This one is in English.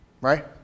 Right